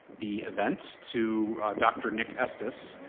the event to dr. nick estes.